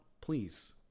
please